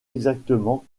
exactement